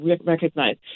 recognize